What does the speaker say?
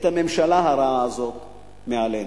את הממשלה הרעה הזאת להוריד מעלינו.